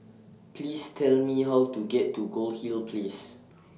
Please Tell Me How to get to Goldhill Place